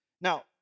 Now